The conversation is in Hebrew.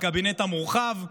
בקבינט המורחב,